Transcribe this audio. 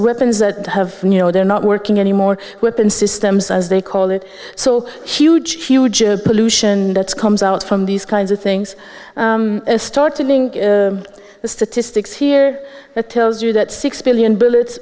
weapons that have you know they're not working anymore weapon systems as they call it so huge huge of pollution that comes out from these kinds of things starting the statistics here that tells you that six billion bullets